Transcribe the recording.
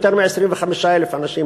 יותר מ-25,000 אנשים,